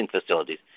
facilities